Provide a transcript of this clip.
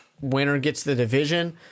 winner-gets-the-division